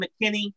McKinney